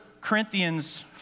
Corinthians